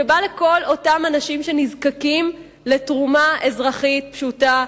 שבא לכל אותם אנשים שנזקקים לתרומה אזרחית פשוטה,